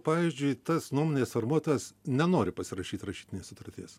pavyzdžiui tas nuomonės formuotojas nenori pasirašyt rašytinės sutarties